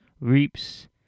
Reaps